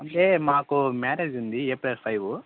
అంటే మాకు మ్యారేజ్ ఉంది ఏప్రిల్ ఫైవు